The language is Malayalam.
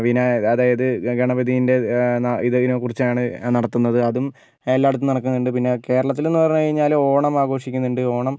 വിനായക അതായത് ഗണപതീൻ്റെ ഇതിനെക്കുറിച്ചാണ് നടത്തുന്നത് അതും എല്ലായിടത്തും നടക്കുന്നുണ്ട് പിന്നെ കേരളത്തിൽ എന്ന് പറഞ്ഞു കഴിഞ്ഞാൽ ഓണം ആഘോഷിക്കുന്നുണ്ട് ഓണം